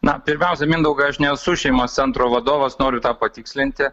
na pirmiausia mindaugai aš nesu šeimos centro vadovas noriu tą patikslinti